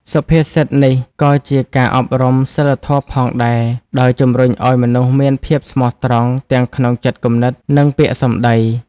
សុភាសិតនេះក៏ជាការអប់រំសីលធម៌ផងដែរ ដោយជំរុញឱ្យមនុស្សមានភាពស្មោះត្រង់ទាំងក្នុងចិត្តគំនិត និងពាក្យសម្ដី។